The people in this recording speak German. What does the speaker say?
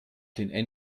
den